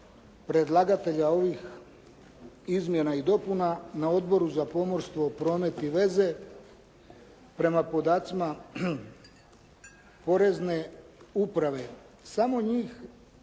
predlagatelja ovih izmjena i dopuna na Odboru za pomorstvo, promet i veze prema podacima porezne uprave. Samo njih,